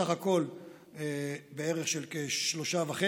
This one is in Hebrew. בסך הכול בערך 3.5,